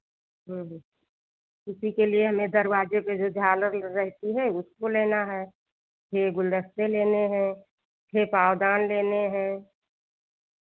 इसी के लिए हमें दरवाजे पे जो झालर रहती है उसको लेना है फिर गुलदस्ते लेने हैं छः पाँवदान लेने हैं